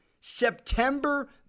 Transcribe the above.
September